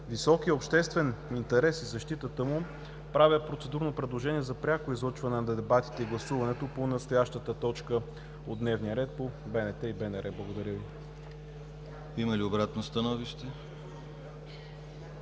високия обществен интерес и защитата му, правя процедурно предложение за пряко излъчване на дебатите и гласуването по настоящата точка от дневния ред по БНТ и БНР. Благодаря Ви. ПРЕДСЕДАТЕЛ ДИМИТЪР